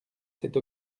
cette